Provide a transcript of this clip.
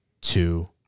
two